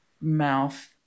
mouth